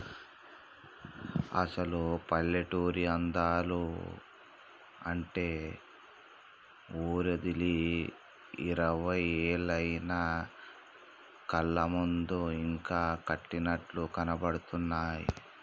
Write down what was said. అసలు పల్లెటూరి అందాలు అంటే ఊరోదిలి ఇరవై ఏళ్లయినా కళ్ళ ముందు ఇంకా కట్టినట్లు కనబడుతున్నాయి